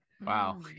Wow